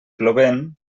plovent